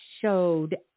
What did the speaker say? showed